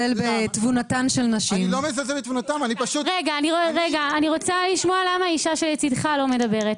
אני רוצה לשמוע, למה האישה שלצדך לא מדברת.